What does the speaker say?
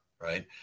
right